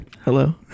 Hello